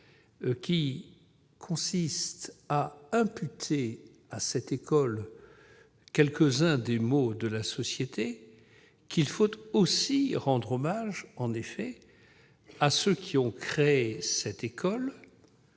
consistant à imputer à cette école quelques-uns des maux de la société qu'il faut aussi rendre hommage à ceux qui ont créé cette école,